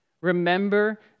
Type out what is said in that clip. remember